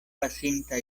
pasinta